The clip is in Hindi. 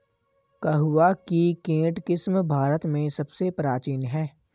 कहवा की केंट किस्म भारत में सबसे प्राचीन है